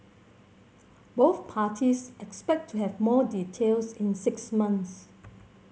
both parties expect to have more details in six months